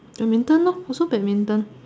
badminton lor also badminton